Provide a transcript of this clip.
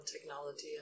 technology